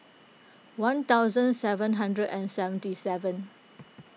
one thousand seven hundred and seventy seven